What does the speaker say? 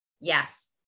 yes